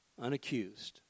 unaccused